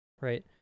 right